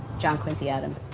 john quincy adams,